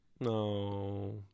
No